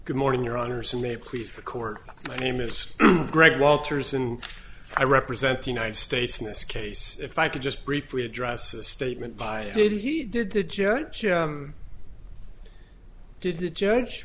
good morning your honor some may please the court my name is greg walters and i represent the united states in this case if i could just briefly address a statement by did he did the judge did the judge